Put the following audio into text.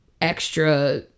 extra